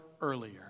earlier